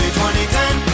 2010